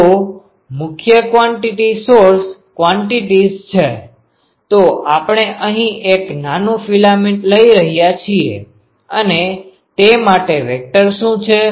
તો મુખ્ય quantity sources quantities છે તો આપણે અહીં એક નાનું ફિલેમેન્ટ લઈ રહ્યા છીએ અને તે માટે વેક્ટર શું છે